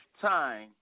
time